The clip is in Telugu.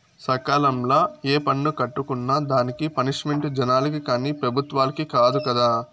సకాలంల ఏ పన్ను కట్టుకున్నా దానికి పనిష్మెంటు జనాలకి కానీ పెబుత్వలకి కాదు కదా